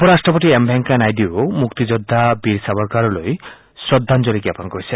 উপ ৰাট্টপতি এম ভেংকায়া নাইডুৱেও মুক্তিযোদ্ধা বীৰ সাবৰকাৰলৈ শ্ৰদ্ধাঞ্জলি জ্ঞাপন কৰিছে